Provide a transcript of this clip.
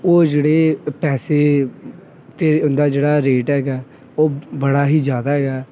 ਉਹ ਜਿਹੜੇ ਪੈਸੇ ਤੇਲ ਦਾ ਜਿਹੜਾ ਰੇਟ ਹੈਗਾ ਉਹ ਬੜਾ ਹੀ ਜ਼ਿਆਦਾ ਹੈਗਾ